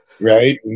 right